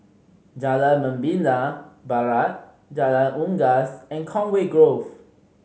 Jalan Membina Barat Jalan Unggas and Conway Grove